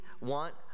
want